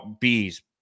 bees